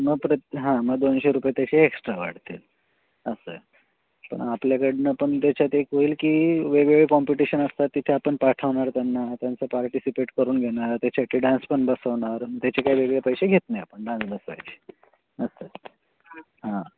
मग प्रत हां मग दोनशे रुपये तसे एक्स्ट्रा वाढतील असं पण आपल्याकडून पण त्याच्यात एक होईल की वेगवेगळे कॉम्पिटिशन असतात तिथे आपण पाठवणार त्यांना त्यांचं पार्टिसिपेट करून घेणार त्याच्यासाठी डान्स पण बसवणार त्याचे काही वेगळे पैसे घेत नाही आपण डान्स बसवायचे असं हां